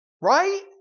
Right